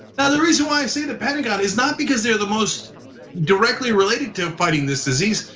now the reason why i say the pentagon, it's not because they're the most directly related to fighting this disease,